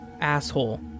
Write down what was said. asshole